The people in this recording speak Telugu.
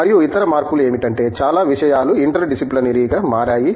మరియు ఇతర మార్పులు ఏమిటంటే చాలా విషయాలు ఇంటర్ డిసిప్లినరీగా మారాయి